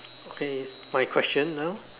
okay is my question now